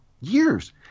years